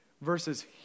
versus